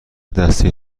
دستهای